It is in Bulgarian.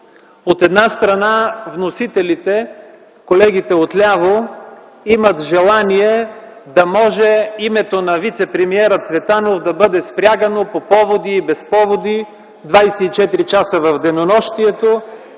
От една страна, вносителите – колегите отляво, имат желание името на вицепремиера Цветанов да бъде спрягано по поводи и без поводи 24 часа в денонощието.